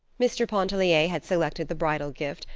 mr. pontellier had selected the bridal gift,